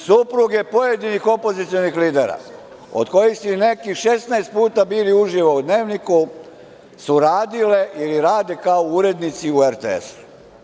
Supruge pojedinih opozicionih lidera, od kojih su neki 16 puta bili uživo u dnevniku, su radile ili rade kao urednici na RTS.